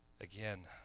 again